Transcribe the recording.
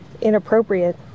inappropriate